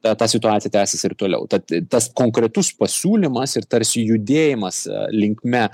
ta ta situacija tęsis ir toliau tad tas konkretus pasiūlymas ir tarsi judėjimas linkme